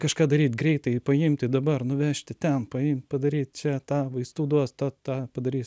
kažką daryt greitai paimti dabar nuvežti ten paimt padaryt čia tą vaistų duos tą tą padarys